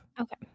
Okay